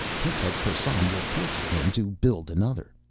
hertug persson will torture him to build another.